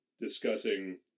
discussing